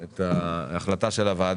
אין הצעת מיזוג הצעת חוק המכר (דירות)